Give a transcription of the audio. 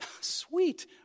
sweet